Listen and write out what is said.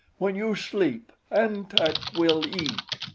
when you sleep, an-tak will eat.